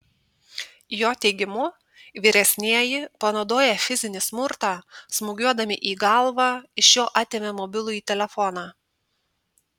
jo teigimu vyresnieji panaudoję fizinį smurtą smūgiuodami į galvą iš jo atėmė mobilųjį telefoną